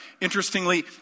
Interestingly